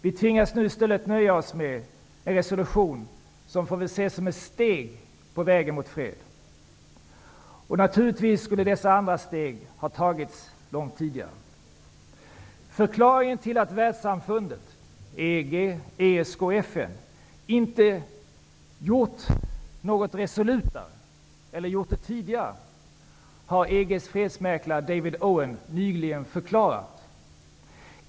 Vi tvingas nu i stället nöja oss med en resolution som får ses som ett steg på vägen mot fred. Naturligtvis skulle alla de andra stegen ha tagit långt tidigare. Förklaringen till att Världssamfundet FN, EG och ESK inte gjort något resolutare -- och inte heller tidigare -- har EG:s fredsmäklare David Owen nyligen gett.